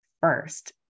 first